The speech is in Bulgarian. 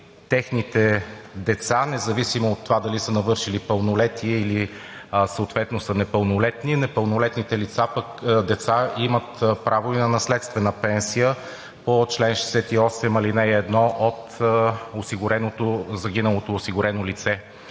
техните деца, независимо от това дали са навършили пълнолетие, или съответно са непълнолетни. Непълнолетните деца имат право и на наследствена пенсия по чл. 68, ал. 1 от загиналото осигурено лице.